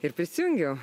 ir prisijungiau